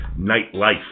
nightlife